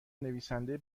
نویسنده